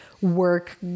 work